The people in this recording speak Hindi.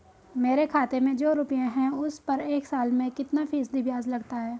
मेरे खाते में जो रुपये हैं उस पर एक साल में कितना फ़ीसदी ब्याज लगता है?